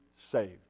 saved